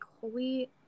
holy